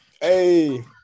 Hey